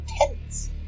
tents